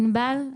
ענבל?